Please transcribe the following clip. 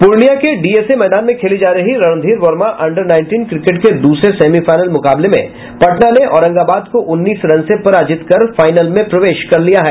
पूर्णियां के डीएसए मैदान में खेली जा रही Randhir Varma under nineteen cricket के दूसरे सेमीफाइनल मुकाबले में पटना ने औरंगाबाद को उन्नीस रन से पराजित कर फाइनल में प्रवेश कर लिया है